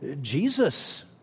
Jesus